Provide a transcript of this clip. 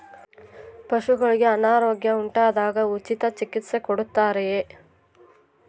ಪಶುಗಳಿಗೆ ಅನಾರೋಗ್ಯ ಉಂಟಾದಾಗ ಉಚಿತ ಚಿಕಿತ್ಸೆ ಕೊಡುತ್ತಾರೆಯೇ?